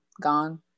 gone